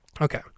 Okay